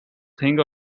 thing